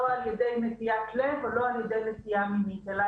לא על-ידי נטיית לב ולא על-ידי נטייה מינית אלא